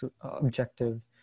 objective